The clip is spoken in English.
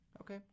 Okay